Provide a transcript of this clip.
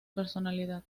personalidad